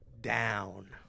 Down